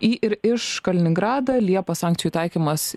į ir iš kaliningradą liepą sankcijų taikymas